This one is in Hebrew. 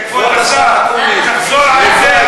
כבוד השר, תחזור על זה,